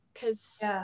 Cause